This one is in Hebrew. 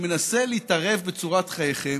ומנסה להתערב בצורת חייכם,